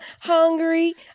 hungry